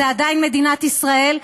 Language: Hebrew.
זו עדיין מדינת ישראל,